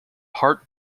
hart